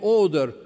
order